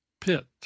Pit